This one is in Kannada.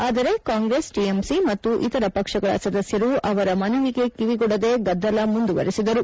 ಆದರೆ ಕಾಂಗ್ರೆಸ್ ಟಿಎಮ್ಸಿ ಮತ್ತು ಇತರ ಪಕ್ಷಗಳ ಸದಸ್ಯರು ಅವರ ಮನವಿಗೆ ಕಿವಿಗೊಡದೆ ಗದ್ದಲ ಮುಂದುವರೆಸಿದರು